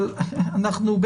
אבל אנחנו,